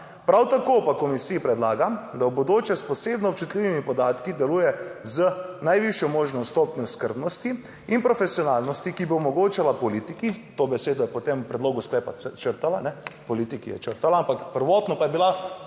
Prav tako pa komisiji predlagam, da v bodoče s posebno občutljivimi podatki deluje z najvišjo možno stopnjo skrbnosti in profesionalnosti, ki bo omogočala politiki, to besedo je po tem predlogu sklepa črtala. Politiki je črtala, ampak prvotno pa je bila,